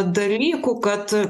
dalykų kad